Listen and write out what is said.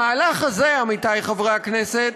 המהלך הזה, עמיתי חברי הכנסת,